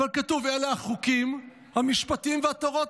אבל כתוב: "אלה החֻקים והמשפטים והתורֹת